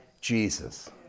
Jesus